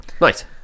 nice